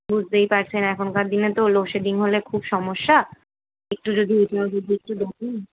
বুঝতেই পারছেন এখনকার দিনে তো লোডশেডিং হলে খুব সমস্যা একটু যদি এটাও যদি একটু দেখেন